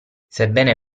sebbene